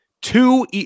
Two